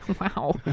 wow